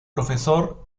profesor